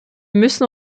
müssen